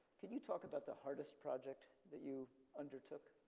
could you talk about the hardest project that you undertook?